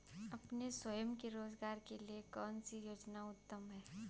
अपने स्वयं के रोज़गार के लिए कौनसी योजना उत्तम है?